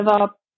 up